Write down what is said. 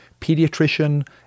pediatrician